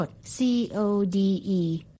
C-O-D-E